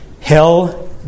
hell